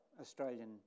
Australian